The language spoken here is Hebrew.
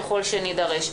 ככל שנידרש.